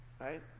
right